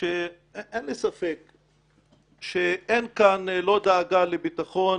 שאין לי ספק שאין כאן לא דאגה לביטחון